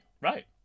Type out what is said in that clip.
right